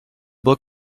book